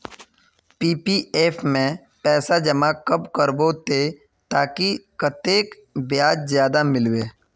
PPF में पैसा जमा कब करबो ते ताकि कतेक ब्याज ज्यादा मिलबे?